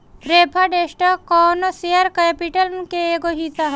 preferred stock कौनो share capital के एगो हिस्सा ह